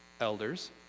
elders